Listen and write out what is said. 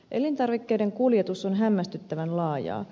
elintarvikkeiden kuljetus on hämmästyttävän laajaa